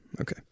okay